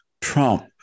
trump